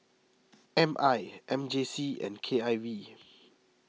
M I M J C and K I V